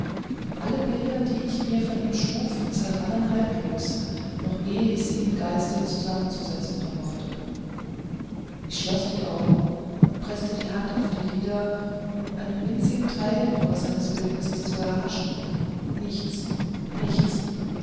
alle bilder die ich mir von ihm schuf zerrannen haltlos noch ehe ich sie im geiste zusammenzusetzen vermochte ich schloß die augen und preßte die hand auf die lider um einen winzigen teil nur seines bildnisses zu erhaschen nichts nichts